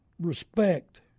Respect